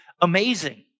amazing